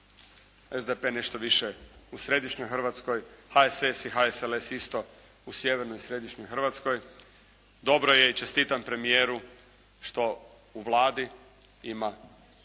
SDP nešto više u središnjoj Hrvatskoj. HSS i HSLS isto u sjevernoj i središnjoj Hrvatskoj. Dobro je i čestitam premijeru što u Vladi ima